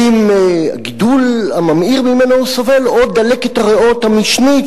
האם הגידול הממאיר שממנו הוא סובל או דלקת הריאות המשנית,